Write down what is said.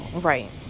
Right